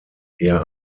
eher